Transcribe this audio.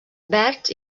verds